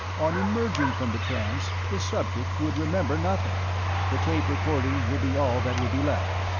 on emerging from the trance, the subject would remember nothing the tape-recording would be all that would be left.